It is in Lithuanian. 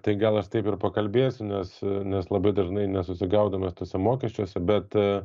tai gal aš taip ir pakalbėsiu nes nes labai dažnai nesusigaudom mes tuose mokesčiuose bet